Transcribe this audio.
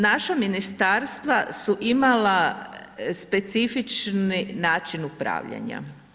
Naša ministarstva su imala specifični način upravljanja.